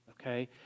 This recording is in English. okay